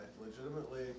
Legitimately